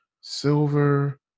silver